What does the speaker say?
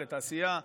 לתעשייה וכו'.